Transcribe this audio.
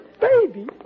baby